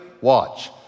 watch